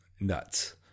nuts